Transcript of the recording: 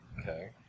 Okay